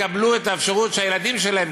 לילדים שלהם,